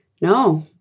No